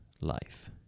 life